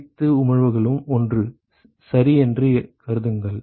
அனைத்து உமிழ்வுகளும் 1 சரி என்று கருதுங்கள்